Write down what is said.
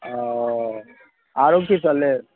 ओ आओर कि सब लेब